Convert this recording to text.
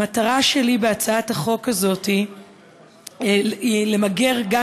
המטרה שלי בהצעת החוק הזאת היא למגר גם